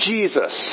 Jesus